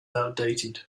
outdated